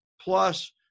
plus